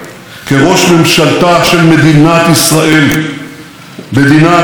מדינה עצמאית וגאה, מדינה שקמה מחדש,